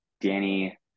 danny